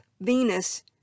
Venus